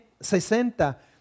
sesenta